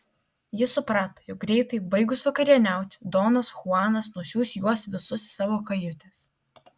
jis suprato jog greitai baigus vakarieniauti donas chuanas nusiųs juos visus į savo kajutes